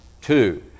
Two